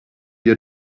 your